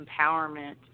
empowerment